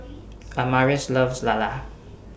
Amaris loves Lala